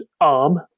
arm